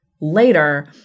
later